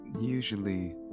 usually